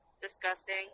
Disgusting